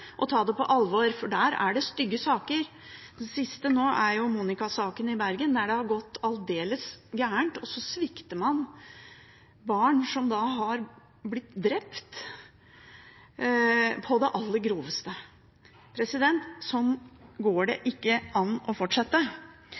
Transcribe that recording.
og ta det på alvor, for der er det stygge saker. Den siste er Monika-saken i Bergen, der det har gått aldeles gærent. Man svikter barn som har blitt drept, på det aller groveste. Sånn går det ikke an å fortsette.